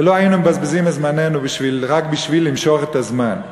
ולא היינו מבזבזים זמננו רק בשביל למשוך את הזמן.